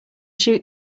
shoot